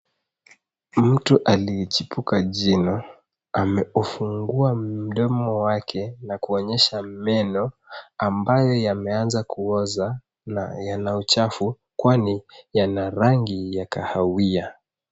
Mtu aliyechipuka jino ameufungua mdomo wake na kuonyesha meno ambayo yameanza kuoza na yana uchafu kwani yana rangi ya kahawia.